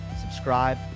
subscribe